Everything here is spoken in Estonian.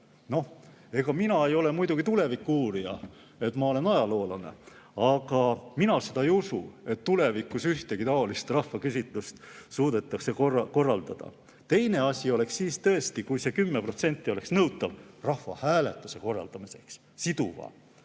arvestama? Mina ei ole muidugi tuleviku-uurija, ma olen ajaloolane, aga mina seda ei usu, et tulevikus ühtegi taolist rahvaküsitlust suudetakse korraldada. Teine asi oleks tõesti siis, kui see 10% oleks nõutav rahvahääletuse korraldamiseks, [mille